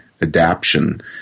adaption